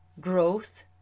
growth